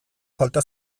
falta